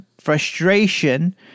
frustration